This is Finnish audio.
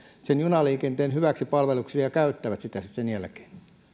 junaliikenteen hyväksi palveluksi ja käyttävät sitä sitten sen jälkeen